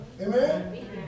Amen